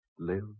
live